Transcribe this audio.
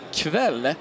kväll